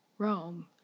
Rome